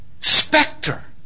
specter